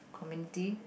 committee